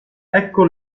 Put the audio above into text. ecco